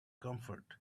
comfort